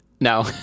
no